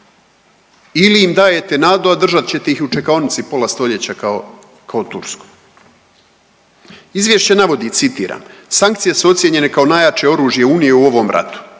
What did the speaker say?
Ili im dajete nadu, a držat ćete ih u čekaonici pola stoljeća kao Tursku? Izvješće navodi citiram: „Sankcije su ocijenjene kao najjače oružje Unije u ovom ratu.